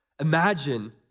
Imagine